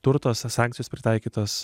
turtas sankcijos pritaikytos